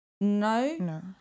no